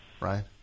Right